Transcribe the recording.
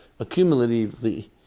accumulatively